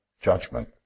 judgment